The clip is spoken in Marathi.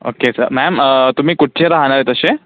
ओके सो मॅम तुम्ही कुठचे राहणार तसे